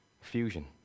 fusion